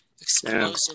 Explosive